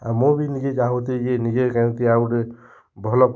ଆଉ ମୁଁ ବି ନିଜେ ଚାହୁଁଛି ଯେ ନିଜେ କେମିତି ଆଉ ଗୋଟେ ଭଲ